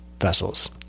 vessels